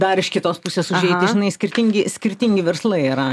dar iš kitos pusės užeiti žinai skirtingi skirtingi verslai yra